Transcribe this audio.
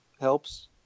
helps